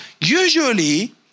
usually